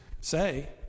say